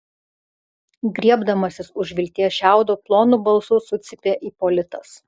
griebdamasis už vilties šiaudo plonu balsu sucypė ipolitas